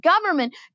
government